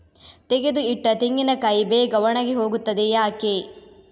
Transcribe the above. ತೆಗೆದು ಇಟ್ಟ ತೆಂಗಿನಕಾಯಿ ಬೇಗ ಒಣಗಿ ಹೋಗುತ್ತದೆ ಯಾಕೆ?